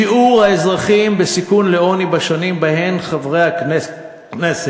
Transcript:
שיעור האזרחים בסיכון לעוני בשנים שבהן חברי הכנסת